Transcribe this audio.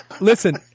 Listen